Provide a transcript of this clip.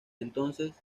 entonces